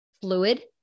fluid